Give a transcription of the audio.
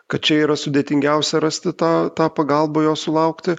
kad čia yra sudėtingiausia rasti tą tą pagalbą jos sulaukti